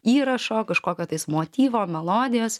įrašo kažkokio tais motyvo melodijos